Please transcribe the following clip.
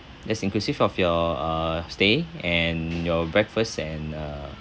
yes inclusive of your uh stay and your breakfast and uh